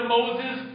Moses